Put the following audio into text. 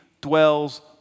dwells